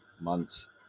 months